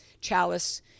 chalice